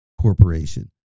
corporation